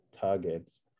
targets